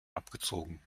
abgezogen